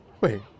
Wait